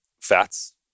fats